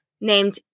named